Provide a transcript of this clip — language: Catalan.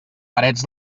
parets